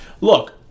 look